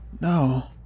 No